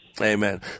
Amen